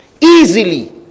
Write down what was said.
Easily